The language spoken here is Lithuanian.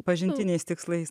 pažintiniais tikslais